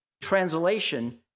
Translation